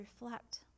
reflect